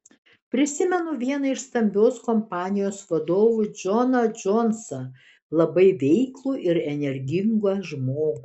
prisimenu vieną iš stambios kompanijos vadovų džoną džonsą labai veiklų ir energingą žmogų